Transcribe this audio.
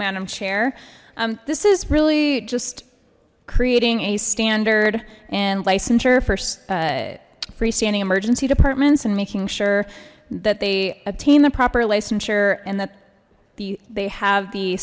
madam chair um this is really just creating a standard and licensure for freestanding emergency departments and making sure that they obtain the proper licensure and that the they have the